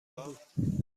بود